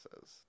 says